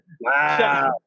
Wow